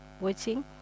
watching